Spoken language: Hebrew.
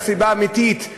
את הסיבה האמיתית,